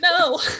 No